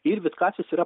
ir vitkacis yra